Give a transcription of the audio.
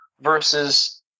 versus